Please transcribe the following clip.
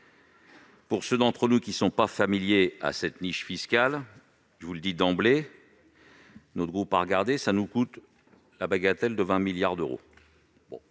Pour ceux d'entre nous qui ne seraient pas familiers avec cette niche fiscale, je vous le dis d'emblée, elle nous coûte la bagatelle de 20 milliards d'euros,